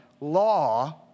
law